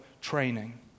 training